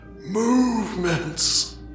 movements